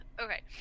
Okay